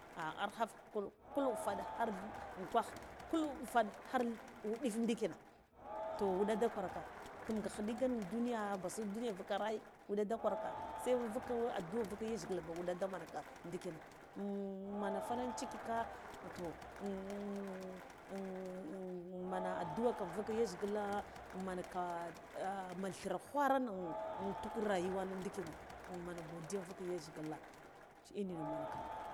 A arhaghaf kur kul wufaɗe har att dhil ungwagh kul wufaɗe har dhil wuɗif ndikina toh wuɗa da gwarka tumga khiɗign duniya mbasu duniya vukara ai wuɗa da gwa ka se vuk addu'a vuk yaj ghila ba wuɗa damaka ndikina man farinciki ka toh man addu'a ka vuk yajgila man ka man thire na intuk rayuwa na ndijkina man godiya vuk yajgila ina ne manka.